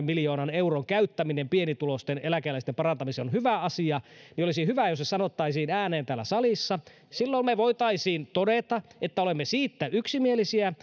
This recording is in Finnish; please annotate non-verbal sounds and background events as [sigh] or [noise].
[unintelligible] miljoonan euron käyttäminen pienituloisten eläkeläisten parantamiseen on hyvä asia niin olisi hyvä jos se sanottaisiin ääneen täällä salissa silloin me voisimme todeta että olemme siitä yksimielisiä [unintelligible]